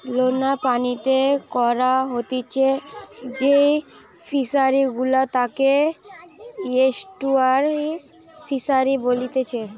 লোনা পানিতে করা হতিছে যেই ফিশারি গুলা তাকে এস্টুয়ারই ফিসারী বলেতিচ্ছে